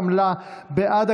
בעד,